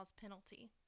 penalty